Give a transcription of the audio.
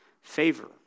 favor